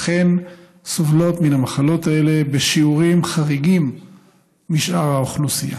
אכן סובלות מהמחלות האלה בשיעורים חריגים משאר האוכלוסייה.